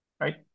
right